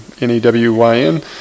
N-E-W-Y-N